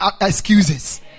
excuses